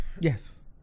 Yes